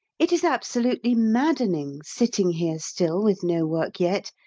it is absolutely maddening sitting here still with no work yet,